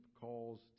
calls